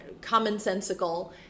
commonsensical